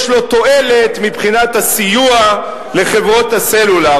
יש לו תועלת מבחינת הסיוע לחברות הסלולר.